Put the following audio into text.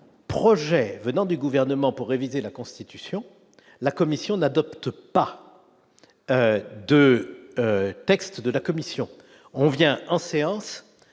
projet venant du gouvernement pour réviser la Constitution, la commission de l'adopte pas de texte de la Commission, on vient en séance